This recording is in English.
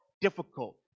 difficult